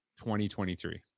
2023